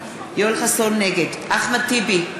נגד אחמד טיבי,